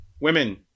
women